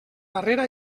darrera